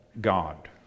God